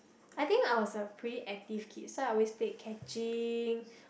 I think I was a pretty active kid so I always play catching